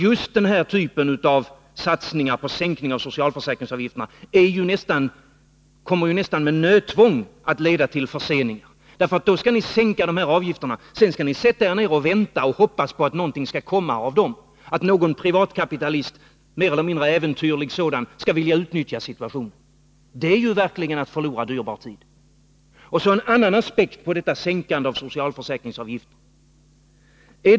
Just den här typen av satsningar på sänkning av socialförsäkringsavgifterna kommer att, nästan med nödtvång, leda till förseningar. Först skall ni sänka 49 avgifterna, och sedan skall ni sätta er ned och vänta och hoppas på att någonting skall komma ut av detta, att någon mer eller mindre äventyrlig privatkapitalist skall vilja utnyttja situationen. Det är verkligen att förlora dyrbar tid. Sedan till en annan aspekt på sänkandet av socialförsäkringsavgifterna.